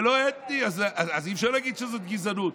זה לא אתני, אז אי-אפשר לגיד שזאת גזענות.